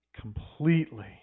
completely